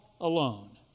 alone